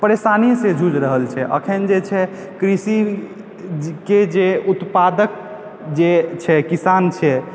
परेशानी सऽ जुझि रहल छै अखन जे छै कृषि के जे उत्पादक जे छै किसान छै